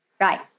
Right